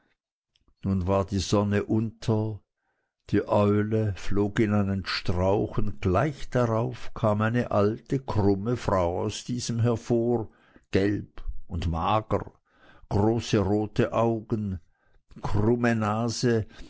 nun war die sonne unter die eule flog in einen strauch und gleich darauf kam eine alte krumme frau aus diesem hervor gelb und mager große rote augen krumme nase